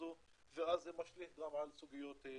הזו ואז זה משליך גם על סוגיות אחרות.